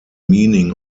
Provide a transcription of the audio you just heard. meaning